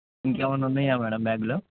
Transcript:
ఇంకా ఏమైనా ఉన్నాయా మేడమ్ బ్యాగ్లో